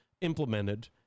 implemented